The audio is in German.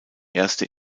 erste